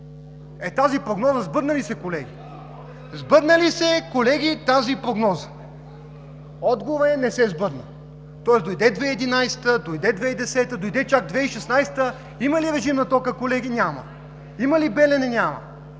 Тази прогноза сбъдна ли се, колеги? Сбъдна ли се, колеги, тази прогноза? Отговорът е: Не се сбъдна! Тоест, дойде 2010 г., дойде 2011 г., дойде чак 2016 г. – има ли режим на тока, колеги? Няма. Има ли „Белене“? Няма.